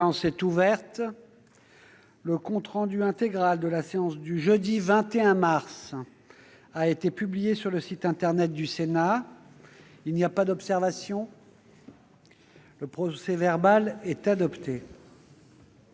La séance est ouverte. Le compte rendu intégral de la séance du jeudi 21 mars 2019 a été publié sur le site internet du Sénat. Il n'y a pas d'observation ?... Le procès-verbal est adopté.